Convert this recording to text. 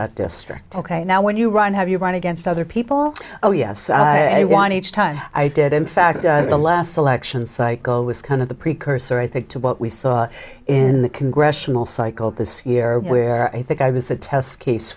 that district ok now when you run have you run against other people oh yes i want each time i did in fact the last election cycle was kind of the precursor i think to what we saw in the congressional cycle this year where i think i was a test case